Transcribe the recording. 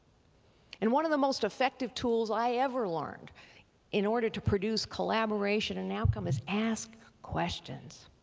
and one of the most effective tools i ever learned in order to produce collaboration and outcome is ask questions.